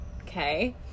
okay